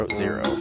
zero